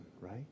right